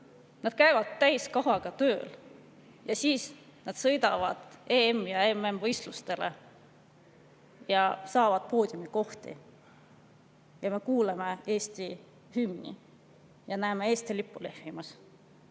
nad käivad täiskohaga tööl, sõidavad nad EM- ja MM-võistlustele ja saavad poodiumikohti. Me kuulame Eesti hümni ja näeme Eesti lippu lehvimas.